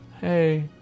Hey